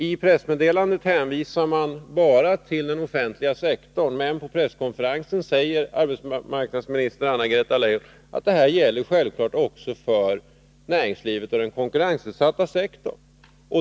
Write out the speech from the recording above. I pressmeddelandet hänvisar man bara till den offentliga sektorn, men på presskonferensen säger arbetsmarknadsminister Anna-Greta Leijon att detta självfallet också gäller för näringslivet och den konkurrensutsatta sektorn.